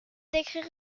d’écrire